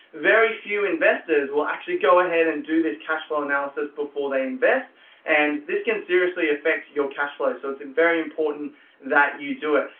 very few investors will actually go ahead and do this cash flow analysis before they invest and this can seriously affect your cash flow. so it's and very important that you do it.